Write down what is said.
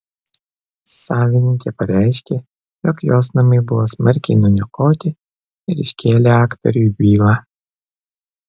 savininkė pareiškė jog jos namai buvo smarkiai nuniokoti ir iškėlė aktoriui bylą